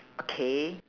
okay